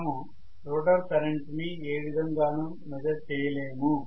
మనము rotor current ని ఏ విధంగానూ మెజర్ చేయలేము